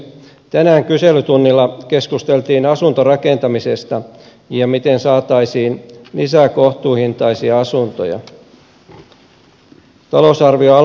tänään kyselytunnilla keskusteltiin asuntorakentamisesta ja siitä miten saataisiin lisää kohtuuhintaisia asuntoja